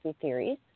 theories